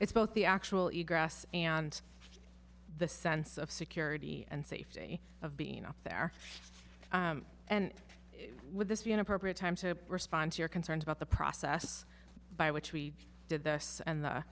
it's both the actual eat grass and the sense of security and safety of being up there and would this be an appropriate time to respond to your concerns about the process by which we did this and the